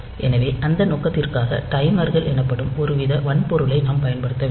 எனவே அந்த நோக்கத்திற்காக டைமர்கள் எனப்படும் ஒருவித வன்பொருளை நாம் பயன்படுத்த வேண்டும்